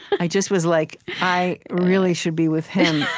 i just was like, i really should be with him.